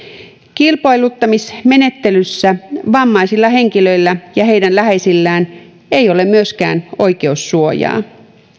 kilpailuttamismenettelyssä vammaisilla henkilöillä ja heidän läheisillään ei ole myöskään oikeussuojaa